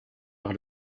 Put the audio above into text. par